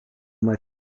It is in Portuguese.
uma